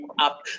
up